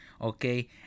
Okay